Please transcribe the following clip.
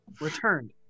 returned